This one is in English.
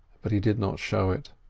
but he did not show it.